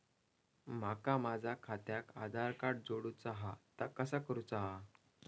माका माझा खात्याक आधार कार्ड जोडूचा हा ता कसा करुचा हा?